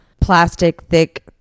plastic-thick